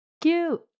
Cute